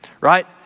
right